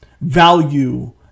value